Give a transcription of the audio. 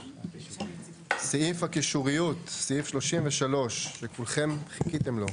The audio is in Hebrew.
סעיף הקישוריות, סעיף 33, שכולכם חיכיתם לו.